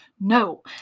No